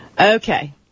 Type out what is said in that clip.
Okay